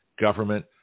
government